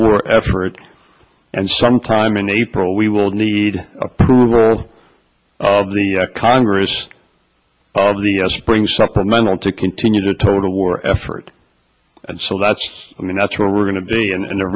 war effort and some time in april we will need approval of the congress of the spring supplemental to continue the total war effort and so that's i mean that's where we're going to be and